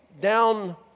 down